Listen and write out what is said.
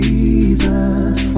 Jesus